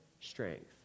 strength